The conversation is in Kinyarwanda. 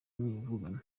kumwivugana